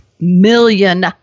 million